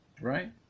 Right